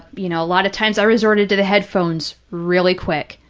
you know, a lot of times i resorted to the headphones really quick.